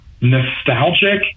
nostalgic